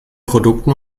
produkten